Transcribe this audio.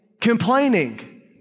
complaining